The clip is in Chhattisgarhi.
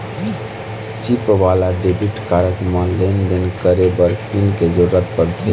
चिप वाला डेबिट कारड म लेन देन करे बर पिन के जरूरत परथे